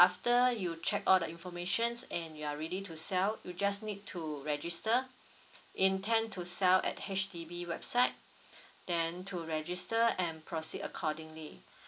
after you check all the informations and you're ready to sell you just need to register intent to sell at H_D_B website then to register and proceed accordingly